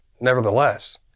Nevertheless